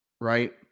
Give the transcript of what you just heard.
Right